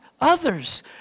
others